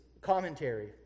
commentary